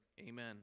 Amen